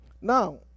Now